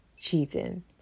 cheating